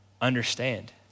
understand